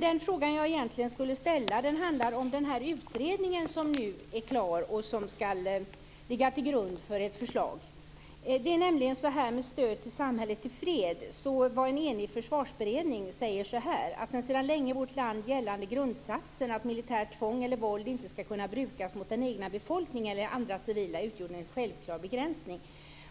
Den fråga jag egentligen skulle ställa handlar om den utredning om stöd till samhället i fred som nu är klar och som ska ligga till grund för ett förslag. En enig försvarsberedning säger följande: En sedan länge i vårt land gällande grundsats att militärt tvång eller våld inte ska kunna brukas mot den egna befolkningen eller andra civila utgör en självklar begränsning.